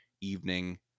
evening